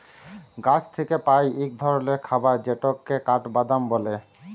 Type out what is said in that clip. গাহাচ থ্যাইকে পাই ইক ধরলের খাবার যেটকে কাঠবাদাম ব্যলে